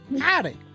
howdy